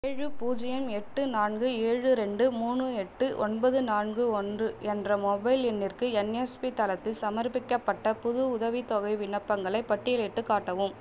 ஏழு பூஜ்ஜியம் எட்டு நான்கு ஏழு ரெண்டு மூணு எட்டு ஒன்பது நான்கு ஒன்று என்ற மொபைல் எண்ணிற்கு என்எஸ்பி தளத்தில் சமர்ப்பிக்கப்பட்ட புது உதவித்தொகை விண்ணப்பங்களைப் பட்டியலிட்டு காட்டவும்